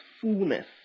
fullness